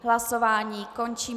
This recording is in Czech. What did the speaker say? Hlasování končím.